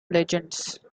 legends